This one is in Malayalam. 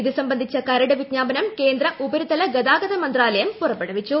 ഇതു സംബന്ധിച്ച കരട് വിജ്ഞാപനം കേന്ദ്ര ഉപരിതല ഗതാഗത മന്ത്രാലയം പുറപ്പെടുവിച്ചു